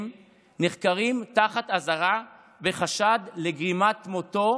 נחקרים תחת אזהרה בחשד לגרימת מותו